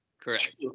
Correct